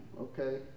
okay